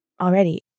already